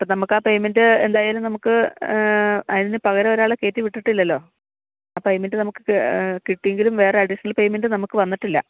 അപ്പം നമുക്ക് ആ പേയ്മെൻ്റെ എന്തായാലും നമുക്ക് അതിന് പകരം ഒരാളെ കയറ്റി വിട്ടിട്ടില്ലല്ലോ ആ പേയ്മെൻ്റെ നമുക്ക് കിട്ടിയെങ്കിലും വേറെ അഡീഷണൽ പെയ്മെൻ്റ നമുക്ക് വന്നിട്ടില്ല